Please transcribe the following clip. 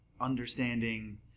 understanding